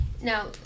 Now